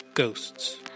Ghosts